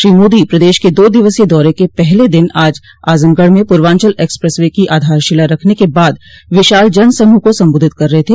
श्री मोदी प्रदेश के दो दिवसीय दौरे के पहले दिन आज आजमगढ़ में पूर्वाचल एक्सप्रेस वे की आधारशिला रखने के बाद विशाल जन समूह को संबोधित कर रहे थे